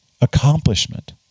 accomplishment